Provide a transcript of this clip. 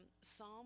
Psalm